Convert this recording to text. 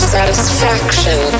Satisfaction